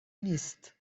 نیست